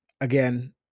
again